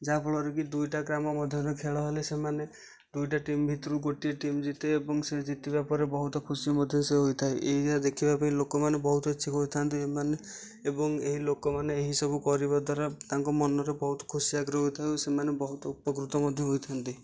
ଯାହାଫଳରେ କି ଦୁଇଟା ଗ୍ରାମ ମଧ୍ୟରେ ଖେଳ ହେଲେ ସେମାନେ ଦୁଇଟା ଟିମ୍ ଭିତରୁ ଗୋଟିଏ ଟିମ୍ ଜିତେ ଏବଂ ସେ ଜିତିବା ପରେ ବହୁତ ଖୁସି ମଧ୍ୟ ସେ ହୋଇଥାଏ ଏଇରା ଦେଖିବା ପାଇଁ ଲୋକମାନେ ବହୁତ ଇଛୁକ ହୋଇଥାନ୍ତି ଏମାନେ ଏବଂ ଏହି ଲୋକ ମାନେ ଏହି ସବୁ କରିବା ଦ୍ୱାରା ତାଙ୍କ ମନରେ ବହୁତ ଖୁସି ଆଗ୍ରହ ହୋଇଥାଏ ଓ ସେମାନେ ବହୁତ ଉପକୃତ ମଧ୍ୟ ହୋଇଥାନ୍ତି